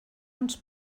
uns